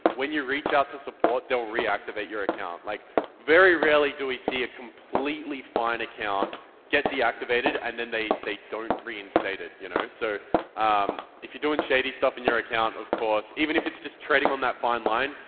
when you reach out to support, they'll reactivate your account. like very rarely do we see a completely fine account get deactivated and then they they don't reinstate it. you know so um if you're doing shady stuff in your account of course, even if it's just treading on that fine line,